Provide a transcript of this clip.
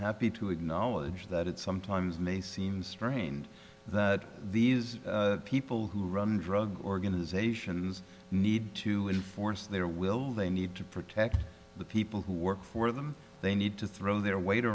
happy to acknowledge that it sometimes may seem strange that these people who run drug organizations need to enforce their will they need to protect the p well who work for them they need to throw their weight